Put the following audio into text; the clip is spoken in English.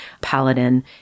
Paladin